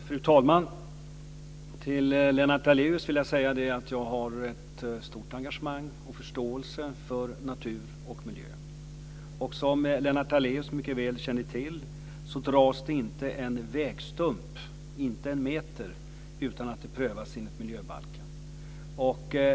Fru talman! Till Lennart Daléus vill jag säga att jag har ett stort engagemang och förståelse för natur och miljö. Som Lennart Daléus mycket väl känner till dras det inte en vägstump, inte en meter, utan att det prövas enligt miljöbalken.